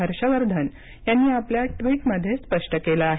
हर्ष वर्धन यांनी आपल्या ट्वीटमध्ये स्पष्ट केलं आहे